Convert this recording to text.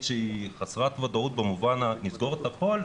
שהיא חסרת ודאות במובן הנסגור את הכול,